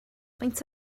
faint